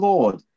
Lord